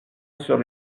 sur